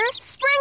Spring